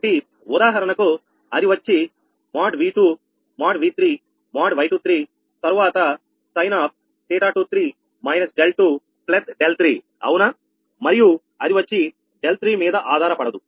కాబట్టి ఉదాహరణకు అది వచ్చి |V2||V3||Y23| తరువాత sin Ɵ23 − δ2 δ3 అవునా మరియు అది వచ్చి δ3 మీద ఆధారపడదు